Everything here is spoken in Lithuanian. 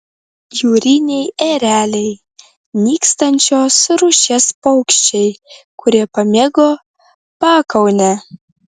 jūriniai ereliai nykstančios rūšies paukščiai kurie pamėgo pakaunę